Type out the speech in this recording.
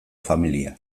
familia